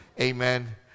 Amen